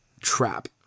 trap